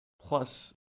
plus